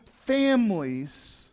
families